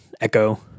Echo